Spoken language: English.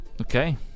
Okay